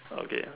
okay